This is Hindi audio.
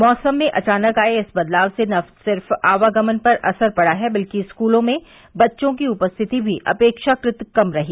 मौसम में अचानक आये इस बदलाव से न सिर्फ आवागमन पर असर पड़ा है बल्कि स्कूलों में बच्चों की उपस्थिति भी अपेक्षाकृत कम रही